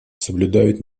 соблюдают